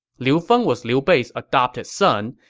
liu feng was liu bei's adopted son,